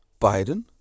Biden